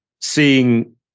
seeing